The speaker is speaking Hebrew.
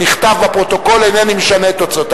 -הבית ובין שזה בבית-כנסת,